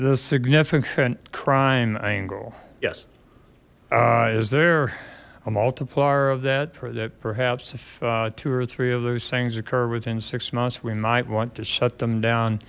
the significant crime angle yes is there a multiplier of that for that perhaps if two or three of those things occur within six months we might want to shut them down